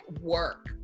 work